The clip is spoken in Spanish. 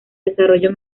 desarrollo